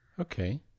Okay